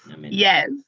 Yes